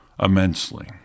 immensely